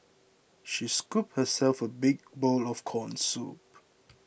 she scooped herself a big bowl of Corn Soup